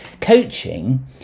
Coaching